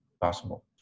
possible